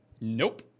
Nope